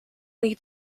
lead